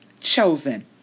chosen